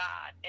God